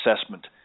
assessment